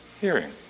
hearing